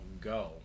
go